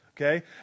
Okay